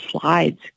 slides